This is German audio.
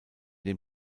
dem